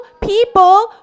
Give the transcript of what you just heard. people